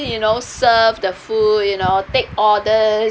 you know serve the food you know take orders